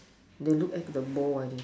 they look at the mole I think